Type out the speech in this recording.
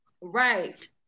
Right